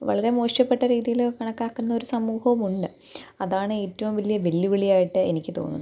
വളരെ മോശപ്പെട്ട രീതിയിൽ കണക്കാക്കുന്ന ഒരു സമൂഹവുമുണ്ട് അതാണ് ഏറ്റവും വലിയ വെല്ലുവിളിയായിട്ട് എനിക്ക് തോന്നുന്നത്